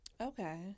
Okay